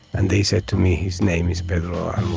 and they said to me, his name is pedro